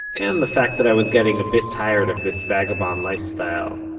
and the fact that i was getting a bit tired of this vagabond lifestyle,